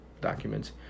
documents